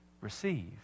receive